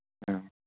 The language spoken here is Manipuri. ꯎꯝ